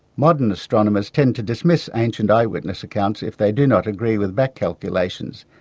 modern astronomers tend to dismiss ancient eye witness accounts if they do not agree with back calculations,